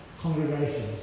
congregations